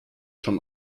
schon